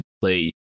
play